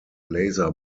laser